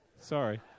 sorry